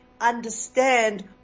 understand